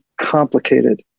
complicated